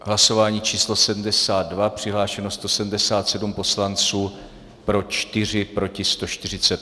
Hlasování číslo 72, přihlášeno 177 poslanců, pro 4, proti 148.